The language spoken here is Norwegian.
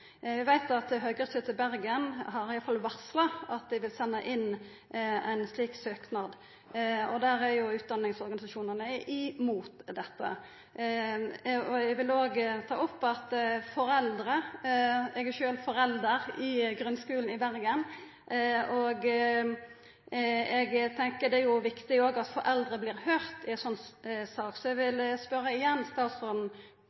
veit at Høgre-styrde Bergen iallfall har varsla at dei vil senda inn ein slik søknad. Der er utdanningsorganisasjonane imot dette. Eg vil òg ta opp at det er viktig at foreldre – eg er sjølv forelder i grunnskulen i Bergen – vert høyrde i ei sånn sak. Så eg